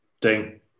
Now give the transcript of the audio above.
Ding